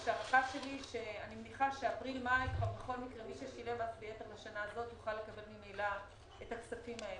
אני מניחה שמי ששילם מס ביתר לשנה הזאת יוכל לקבל ממילא את הכספים האלו.